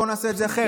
בוא נעשה את זה אחרת.